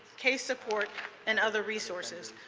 case support and other resources.